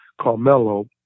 Carmelo